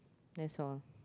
that's all